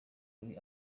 kuri